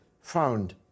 found